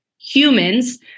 humans